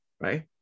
right